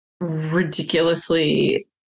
ridiculously